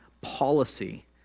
policy